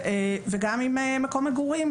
ועם מקום מגורים.